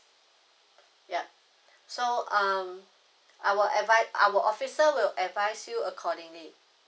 yup so um I will advise our officer will advise you accordingly